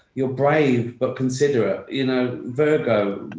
you're brave but considerate. you know, virgo,